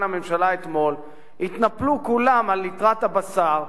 הממשלה אתמול התנפלו כולם על ליטרת הבשר,